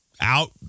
out